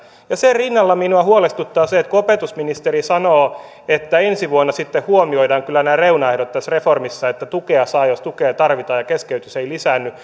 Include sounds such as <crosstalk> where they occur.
sen rinnalla minua huolestuttaa se kun opetusministeri sanoo että ensi vuonna sitten huomioidaan kyllä nämä reunaehdot tässä reformissa että tukea saa jos tukea tarvitaan ja keskeytys ei lisäänny <unintelligible>